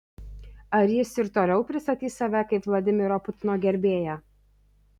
ar jis ir toliau pristatys save kaip vladimiro putino gerbėją